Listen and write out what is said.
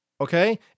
okay